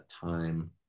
time